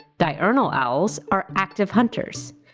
diurnal owls are active hunters.